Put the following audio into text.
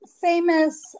famous